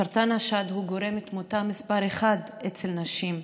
סרטן השד הוא גורם תמותה מספר אחת אצל נשים.